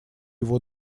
его